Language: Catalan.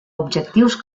objectius